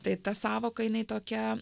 tai ta sąvoka jinai tokia